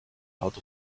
out